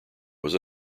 was